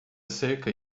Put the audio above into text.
cerca